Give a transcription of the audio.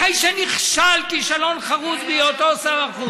אחרי שנכשל כישלון חרוץ בהיותו שר החוץ,